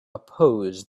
oppose